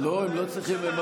לא, הם לא צריכים.